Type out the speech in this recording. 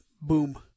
boom